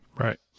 Right